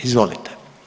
Izvolite.